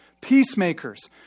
Peacemakers